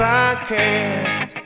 Podcast